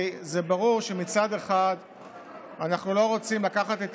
ברור שמצד אחד אנחנו לא רוצים לקחת את